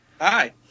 Hi